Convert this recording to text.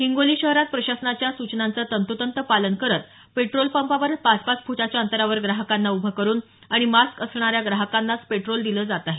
हिंगोली शहरात प्रशासनाच्या सूचनांचं तंतोतंत पालन करत पेट्रोल पंपावर पाच पाच फुटाच्या अंतरावर ग्राहकांना उभं करून आणि मास्क असणाऱ्या ग्राहकांनाच पेट्रोल दिलं जात आहे